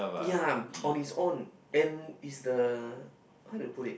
yea on his own and is the how to put it